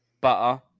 butter